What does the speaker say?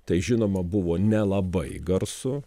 tai žinoma buvo nelabai garsu